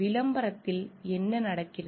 விளம்பரத்தில் என்ன நடக்கிறது